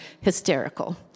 hysterical